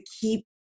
keep